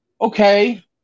okay